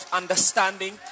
understanding